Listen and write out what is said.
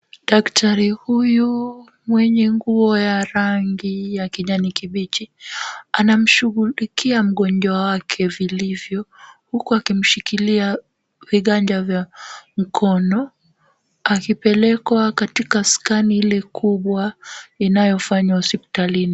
Daktari huyu mwenye nguo ya rangi ya kijani kibichi anamshughulikia mgonjwa wake vilivyo huku akimshikilia viganja vya mkono akipelekwa katika scan ile kubwa inayofanywa hospitalini.